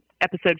episode